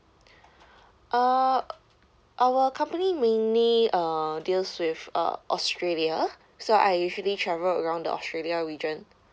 ah our company mainly uh deals with uh australia so I usually travel around the australia region